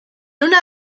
una